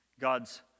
God's